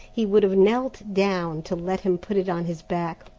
he would have knelt down to let him put it on his back,